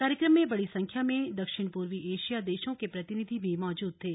कार्यक्रम में बड़ी संख्य में दक्षिण पूर्वी एशिया देशों के प्रतिनिधि भी मौजूद थे